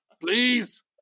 Please